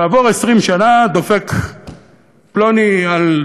כעבור 20 שנה הוא דופק על דלת,